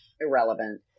Irrelevant